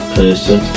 person